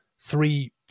Three